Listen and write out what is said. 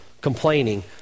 complaining